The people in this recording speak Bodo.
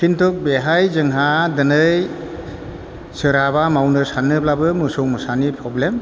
खिन्थु बेहाय जोंहा दिनै सोरहाबा मावनो सानोब्लाबो मोसौ मोसानि प्रब्लेम